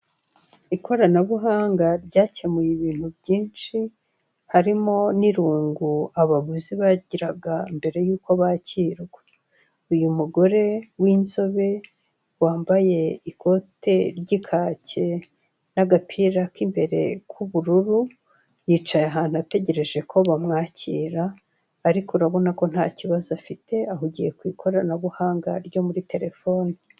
Ikoranabuhanga ryakemuye ibintu byinshi harimo n'irungu abaguzi bagiraga mbere y'uko bakirwa. Uyu mugore w'inzobe, wambaye ikote ry'ikacye n'agapira k'imbere k'ubururu, yicaye ahantu ategereje ko bamwakira, ariko urabona ko nta kibazo afite, ahugiye ku ikoranabuhanga ryo muri terefoni.